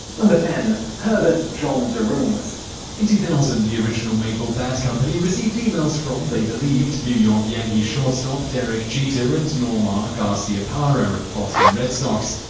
ten. herbert john derungs in two thousand, the original maple bat company received emails from, they believed, new york yankee shortstop derek jeter and nomar garciaparra of the boston red sox.